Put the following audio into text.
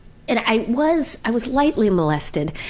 and i was i was lightly molested,